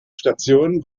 station